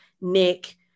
Nick